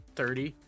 thirty